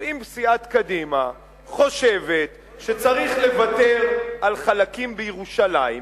אם סיעת קדימה חושבת שצריך לוותר על חלקים בירושלים,